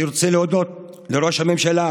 אני רוצה להודות לראש הממשלה,